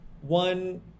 One